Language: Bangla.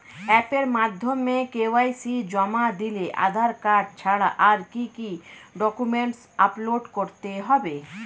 অ্যাপের মাধ্যমে কে.ওয়াই.সি জমা দিলে আধার কার্ড ছাড়া আর কি কি ডকুমেন্টস আপলোড করতে হবে?